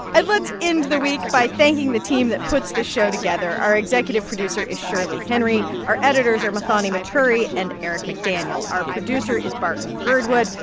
and let's end the week by thanking the team that puts this show together. our executive producer is shirley henry. our editors are muthoni muturi and eric mcdaniel. our producer is barton girdwood.